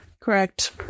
Correct